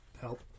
help